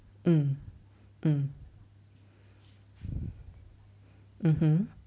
mm mm mm